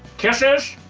kisses.